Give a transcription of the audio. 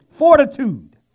Fortitude